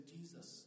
Jesus